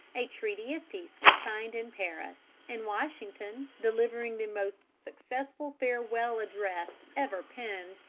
a treaty of peace was signed in paris, and washington, delivering the most successful farewell address ever penned,